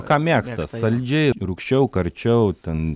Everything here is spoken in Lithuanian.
ką mėgsta saldžiai rūgščiau karčiau ten